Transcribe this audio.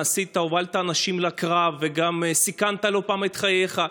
מה עשית: הובלת אנשים לקרב וגם סיכנת לא פעם את חייך.